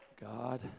God